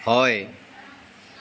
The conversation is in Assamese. হয়